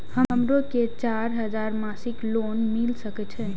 हमरो के चार हजार मासिक लोन मिल सके छे?